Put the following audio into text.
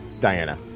Diana